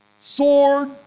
Sword